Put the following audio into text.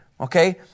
okay